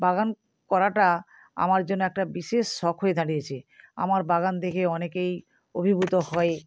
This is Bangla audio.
বাগান করাটা আমার জন্য একটা বিশেষ শখ হয়ে দাঁড়িয়েছে আমার বাগান দেখে অনেকেই অভিভূত হয়